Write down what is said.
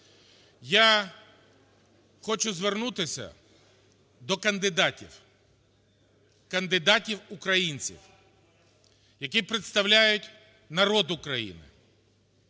Я хочу звернутися до кандидатів: кандидатів-українців, які представляють народ України,